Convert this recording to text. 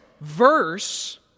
verse